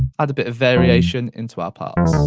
add a bit of variation into our parts.